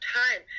time